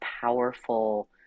powerful